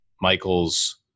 Michael's